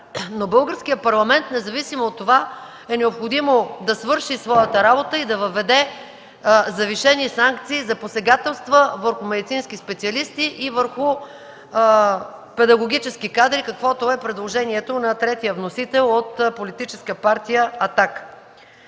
Но българският парламент, независимо от това, е необходимо да свърши своята работа и да въведе завишени санкции за посегателства върху медицински специалисти и върху педагогически кадри, каквото е предложението на третия вносител от Политическа партия